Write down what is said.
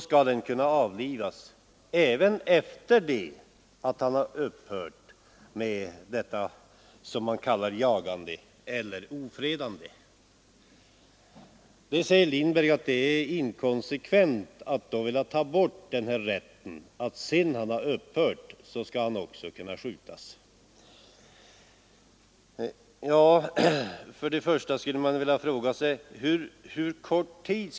— skall den kunna avlivas, även efter det att den upphört med det man kallar jagande eller ofredande. Nu säger herr Lindberg att det är inkonsekvent att vilja ta bort rätten att få avliva hund sedan den upphört att ofreda. Först skulle man vilja veta hur lång tid ofredandet skall ha pågått.